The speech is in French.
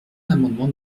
l’amendement